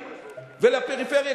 ולפריפריה,